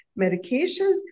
medications